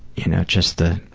you know, just the,